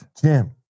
Jim